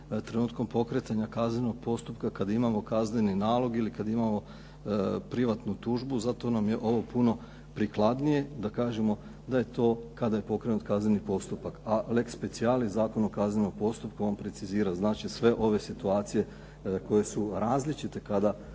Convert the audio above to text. trenutkom pokretanja kaznenog postupka kad imamo kazneni nalog ili kad imamo privatnu tužbu. Zato nam je ovo puno prikladnije da kažemo da je to kada je pokrenut kazneni postupak. A lex specialis Zakon o kaznenom postupku on precizira znači sve ove situacije koje su različite kada